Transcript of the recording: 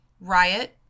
Riot